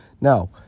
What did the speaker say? Now